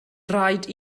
rhaid